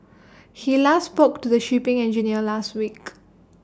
he last spoke to the shipping engineer last week